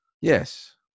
Yes